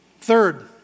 Third